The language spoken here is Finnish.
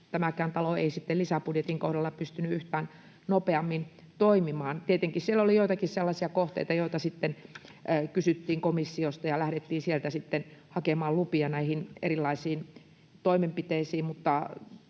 tämäkään talo ei sitten lisäbudjetin kohdalla pystynyt yhtään nopeammin toimimaan. Tietenkin siellä oli joitakin sellaisia kohteita, joita sitten kysyttiin komissiosta ja lähdettiin sieltä sitten hakemaan lupia näihin erilaisiin toimenpiteisiin.